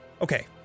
Okay